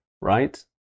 right